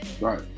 Right